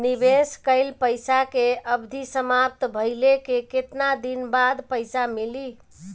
निवेश कइल पइसा के अवधि समाप्त भइले के केतना दिन बाद पइसा मिली?